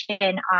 on